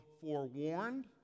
forewarned